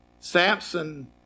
Samson